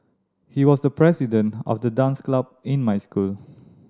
he was the president of the dance club in my school